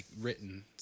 written